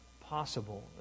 possible